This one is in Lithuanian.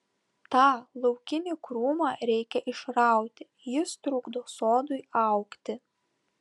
tą laukinį krūmą reikia išrauti jis trukdo sodui augti